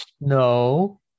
No